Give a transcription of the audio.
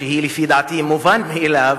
שזה לפי דעתי מובן מאליו,